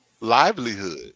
livelihood